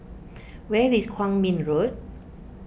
where is Kwong Min Road